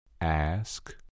Ask